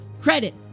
credit